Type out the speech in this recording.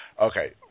Okay